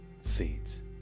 Seeds